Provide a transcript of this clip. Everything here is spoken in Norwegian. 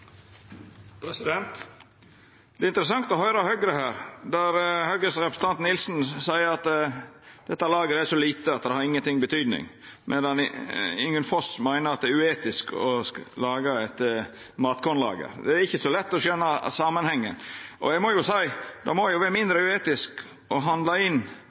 Det er interessant å høyra Høgre her, der Høgres representant Nilsen seier at dette lageret er så lite at det har inga betydning, medan Ingunn Foss meiner at det er uetisk å laga eit matkornlager. Det er ikkje så lett å skjøna samanhengen. Eg må jo seia at det må vera mindre uetisk å handla inn